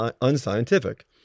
unscientific